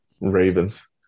Ravens